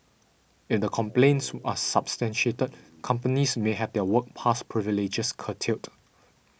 if the complaints are substantiated companies may have their work pass privileges curtailed